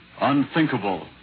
unthinkable